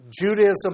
Judaism